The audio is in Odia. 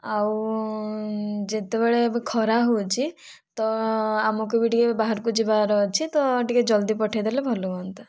ଆଉ ଯେତେବେଳେ ଏବେ ଖରା ହେଉଛି ତ ଆମକୁ ବି ଟିକିଏ ବାହାରକୁ ଯିବାର ଅଛି ତ ଟିକେ ଜଲ୍ଦି ପଠାଇଦେଲେ ଭଲ ହୁଅନ୍ତା